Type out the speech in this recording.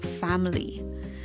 family